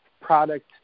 product